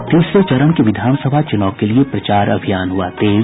और तीसरे चरण के विधानसभा चुनाव के लिए प्रचार अभियान हुआ तेज